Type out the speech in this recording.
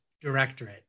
Directorate